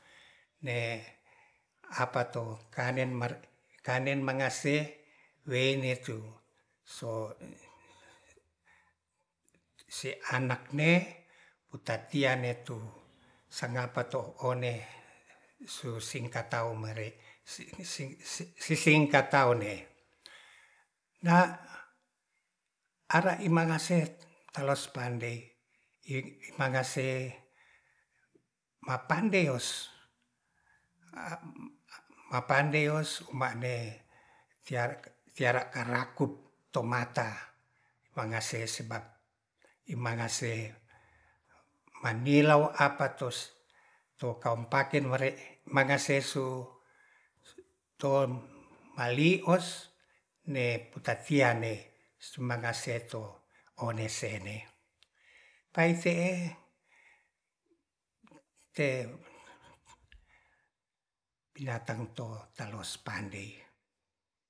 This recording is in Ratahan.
Ne apato kanen mar kanen mangase wene to se anak ne putatian ne to nangapa to one susingkat tau mer sisingkat taune na ara i mangase tolos pandei i mangase mapandeyos mapandeyos ma'ne tia-tiarakarakup to mata mangase sebab i mangase manulau apato kampaken worw nmangase su to malios de putartian ne sumanase to one se ne pai te'e binatang talos pandei